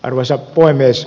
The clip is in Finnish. arvoisa puhemies